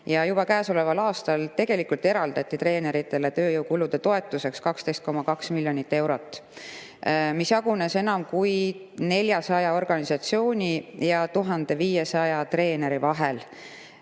Juba käesoleval aastal eraldati treeneritele tööjõukulude toetuseks 12,2 miljonit eurot, mis jagunes enam kui 400 organisatsiooni ja 1500 treeneri vahel.